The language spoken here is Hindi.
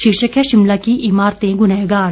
शीर्षक है शिमला की इमारतें गुनाहगार